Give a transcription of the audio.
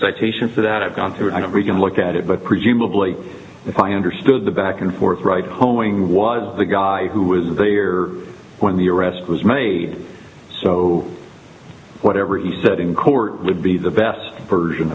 citations that i've gone through and everything looked at it but presumably if i understood the back and forth right homing was the guy who was there when the arrest was made so whatever he said in court would be the best version